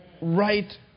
Right